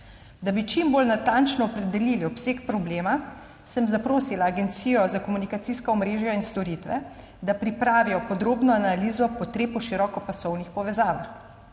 Da bi čim bolj natančno opredelili obseg problema, sem zaprosila Agencijo za komunikacijska omrežja in storitve, da pripravi podrobno analizo potreb po širokopasovnih povezavah.